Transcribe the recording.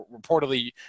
reportedly